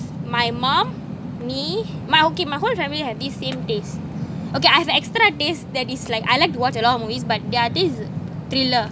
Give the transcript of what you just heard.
my mom me my okay my whole family have this same taste okay I have extra taste that is like I like to watch a lot of movies but their taste is thriller